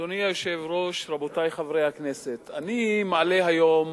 אדוני היושב-ראש, רבותי חברי הכנסת, אני מעלה היום